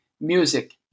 music